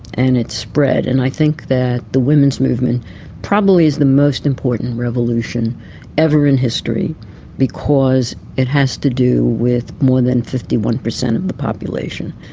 and it spread. and i think that the women's movement probably is the most important revolution ever in history because it has to do with more than fifty one percent of the population,